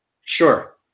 Sure